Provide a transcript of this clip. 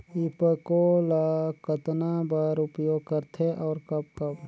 ईफको ल कतना बर उपयोग करथे और कब कब?